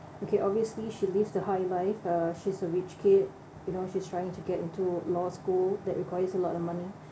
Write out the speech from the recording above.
okay obviously she lives the high life uh she's a rich kid you know she's trying to get into law school that requires a lot of money